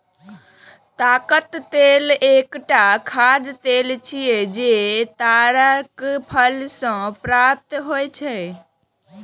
ताड़क तेल एकटा खाद्य तेल छियै, जे ताड़क फल सं प्राप्त होइ छै